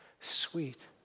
sweet